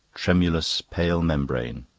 tremulous, pale membrane.